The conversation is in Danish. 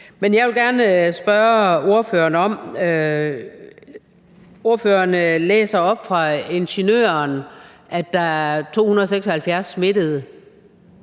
Men jeg vil gerne spørge ordføreren om noget. Ordføreren læser op fra Ingeniøren, at der er 276 smittede.